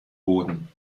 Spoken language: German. boden